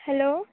hello